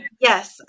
Yes